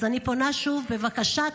אז אני פונה שוב: בבקשה,